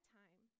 time